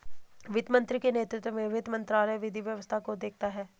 वित्त मंत्री के नेतृत्व में वित्त मंत्रालय विधि व्यवस्था को देखता है